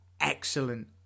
excellent